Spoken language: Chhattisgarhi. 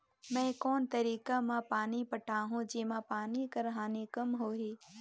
मैं कोन तरीका म पानी पटाहूं जेमा पानी कर हानि कम होही?